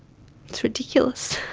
it's ridiculous,